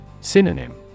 Synonym